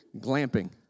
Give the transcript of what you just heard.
Glamping